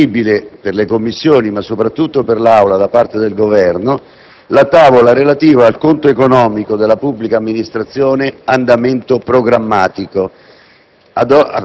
è disponibile per le Commissioni, ma soprattutto per l'Aula, da parte del Governo, la tavola relativa al conto economico delle pubbliche amministrazioni-andamento programmatico.